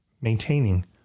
Maintaining